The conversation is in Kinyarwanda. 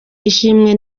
ishimwe